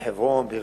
בחברון, אדוני.